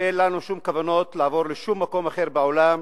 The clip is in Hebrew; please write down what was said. שאין לנו שום כוונות לעבור לשום מקום אחר בעולם,